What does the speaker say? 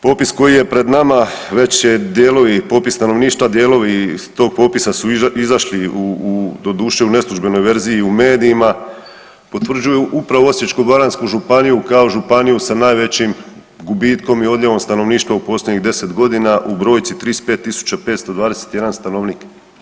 Popis koji je pred nama već je dijelovi, popis stanovništva, dijelovi tog popisa su izašli u, doduše u neslužbenoj verziji u medijima, potvrđuju upravo Osječko-baranjsku županiju kao županiju sa najvećim gubitkom i odljevom stanovništva u posljednjih 10 godina u brojci 35 521 stanovnik.